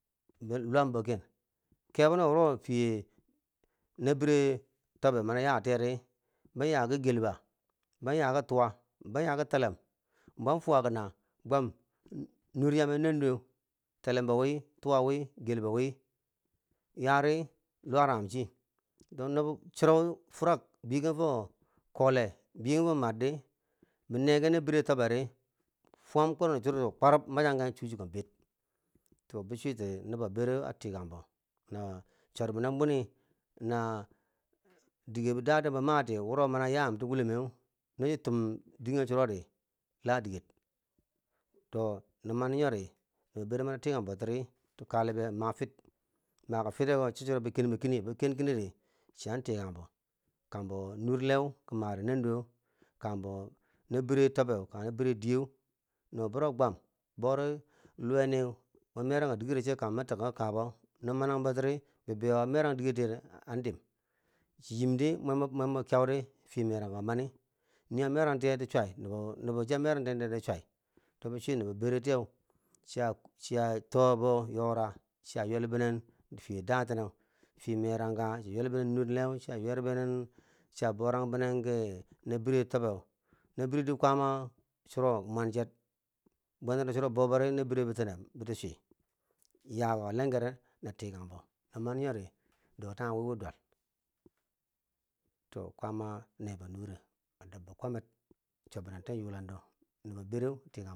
Be luwambo ken kebona wuro fiye na bire tobe mani ya tiyedi ban yaki gelba ban yaki tuwa ban yaki telem, ban fuwa gana gwam, nur yame nanduweu, telembowi, tuwa wi gelbawi yari luwa ran ghum chi, to nobo cheru furak, begen fo kole biyeken fo mardi, bi neken na bire tobedi, fwam kulendo churu chiko kwarub, mechang ken chu chiko ber, to bo chwiti nobo bere a tikangbo, na dur binen bwini, na dige daten ba mati wuroya yamati wulomeu no chi tum dinghe churodila digger, to na mani nyori nobo bere mani tikanbo tiri kalo be wo wafit, maka fite wo cho churo bo kenbo keni, bi kenidi siya tikanbo, kambo nur leu ki made nanduweu kambo na bire tobe kangbena bire diye, nubo buro gwam, bori luweni merangkadigero che ambo ma toki ki kaba, no manang botiri bibiyo a meran diker tiye an dim chi yim m di mwambo kiyaude fiye merankako mani yiwo amerantiye ti swai nibo cha merantetiri ki swai to bi swu nubo beretiye shiya shuya to bo yora shiya ywel binen fiye datene fiye meranka chi ya ywelbinen nur leu shiya borang bine kina bire tobe nabire dikwama chiro manche bwanno chiro baubori na bier bitine biki sui yakako lenge re na tikang bo non maniyoyi dotage wiwi duwal to to kwama a nebo nure a dobbo kwamer aswobbinenten yulado nubo bere